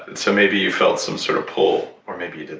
and so maybe you felt some sort of pull, or maybe you didn't?